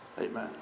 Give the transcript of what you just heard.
Amen